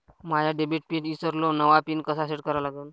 माया debit PIN ईसरलो, नवा PIN कसा सेट करा लागन?